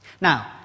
Now